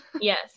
Yes